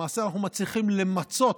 למעשה, אנחנו מצליחים למצות